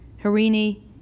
Harini